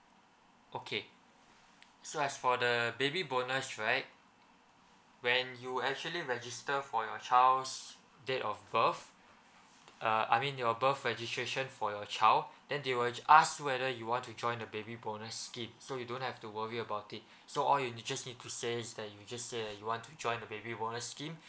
okay so as for the baby bonus right when you actually register for your child's date of birth uh I mean your birth registration for your child then they will ask you whether you want to join the baby bonus scheme so you don't have to worry about it so all you need just need to says that you just say you want to join the baby bonus scheme